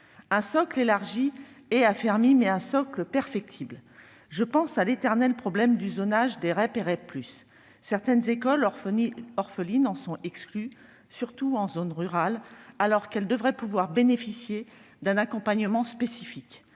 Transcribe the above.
Un socle élargi et affermi, mais un socle perfectible. Je pense à l'éternel problème du zonage des REP et REP+ : certaines écoles, dites orphelines, en sont exclues, surtout en zone rurale, alors qu'elles devraient pouvoir bénéficier d'un accompagnement spécifique.